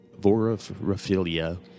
Vorophilia